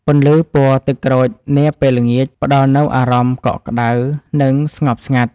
ពន្លឺពណ៌ទឹកក្រូចនាពេលល្ងាច ផ្តល់នូវអារម្មណ៍កក់ក្តៅ និងស្ងប់ស្ងាត់។